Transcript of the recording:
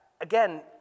Again